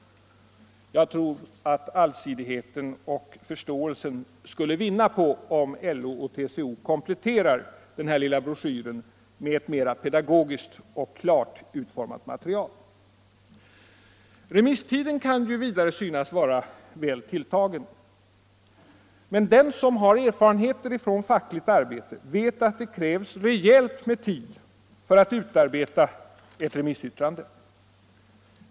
Jag tror att allsidigheten och förståelsen skulle vinna på att LO och TCO kompletterade denna lilla broschyr med ett mera pedagogiskt och klart utformat material. Remisstiden kan synas vara väl tilltagen. Men den som har erfarenheter från fackligt arbete vet att det krävs rejält med tid för att utarbeta ett remissyttrande.